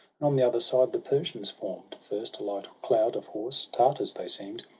and on the other side the persians form'd first a light cloud of horse, tartars they seem'd,